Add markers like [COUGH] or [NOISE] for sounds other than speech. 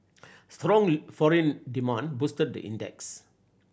strong [UNINTELLIGIBLE] foreign demand boosted the index